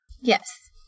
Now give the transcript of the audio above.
Yes